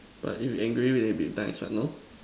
but if you engrave it then it'll be nice what no